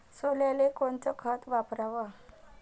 सोल्याले कोनचं खत वापराव?